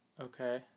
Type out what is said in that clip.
Okay